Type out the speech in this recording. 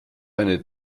eine